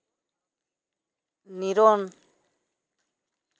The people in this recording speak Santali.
ᱱᱤᱨᱚᱱ